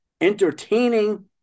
entertaining